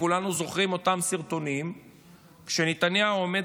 כולנו זוכרים את אותם סרטונים שבהם נתניהו עומד